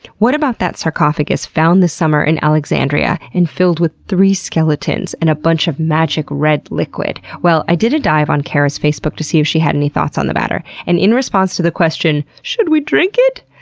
what about that sarcophagus found this summer in alexandria and filled with three skeletons and a bunch of magic red liquid? well, i did a dive on kara's facebook to see if she had any thoughts on the matter, and in response to the question, should we drink it?